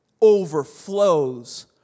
overflows